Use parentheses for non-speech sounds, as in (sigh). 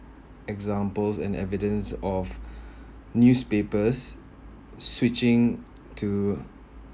examples and evidence of (breath) newspapers switching to